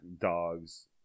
dogs